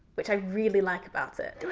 which i really like about it.